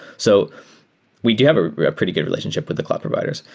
so we do have a pretty good re lationsh ip with the cloud providers.